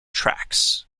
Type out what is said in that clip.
tracks